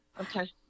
okay